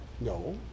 No